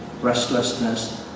restlessness